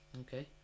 Okay